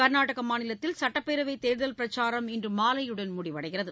கர்நாடக மாநிலத்தில் சுட்டப்பேரவை தேர்தல் பிரச்சாரம் இன்று மாலையுடன் முடிவடைகிறது